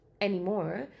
anymore